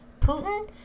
Putin